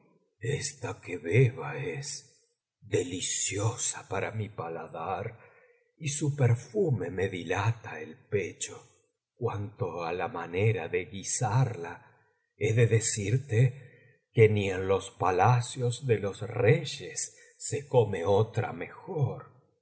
esta kebeba es deliciosa para mi paladar y su perfume me dilata el pecho cuanto á la manera de guisarla he de decirte que ni en los palacios de los reyes se come otra mejor